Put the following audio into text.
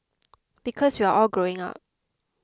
because we're all growing up